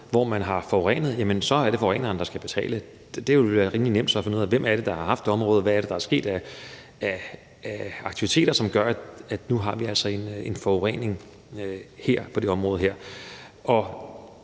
hvor de har forurenet, så er det forureneren, der skal betale. Det ville så være rimelig nemt at finde ud af, hvem det er, der har haft området, og hvad det er, der er sket af aktiviteter, som gør, at vi altså nu har en forurening på det her